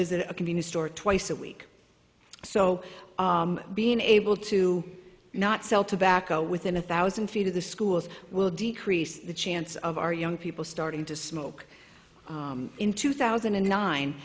visit a convenience store twice a week so being able to not sell tobacco within a thousand feet of the schools will decrease the chance of our young people starting to smoke in two thousand and